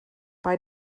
bei